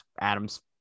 adam's